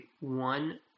one